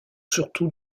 surtout